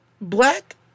black